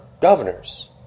governors